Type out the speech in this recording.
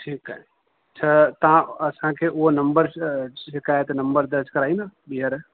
ठीकु आहे छा तव्हां असांखे उहो नम्बर शिकाइत नम्बर दर्जु कराईंदा ॿीहर